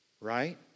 right